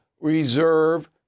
reserve